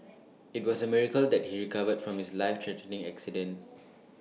IT was A miracle that he recovered from his life threatening accident